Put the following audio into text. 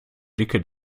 dicke